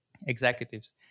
executives